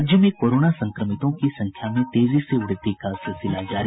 राज्य में कोरोना संक्रमितों की संख्या में तेजी से वृद्धि का सिलसिला जारी